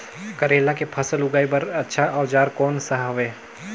करेला के फसल उगाई बार अच्छा औजार कोन सा हवे?